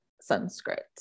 Sanskrit